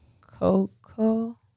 Coco